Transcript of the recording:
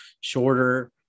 shorter